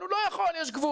אבל הוא לא יכול, יש גבול'.